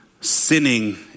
sinning